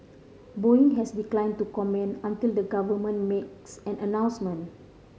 Boeing has declined to comment until the government makes an announcement